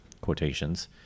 quotations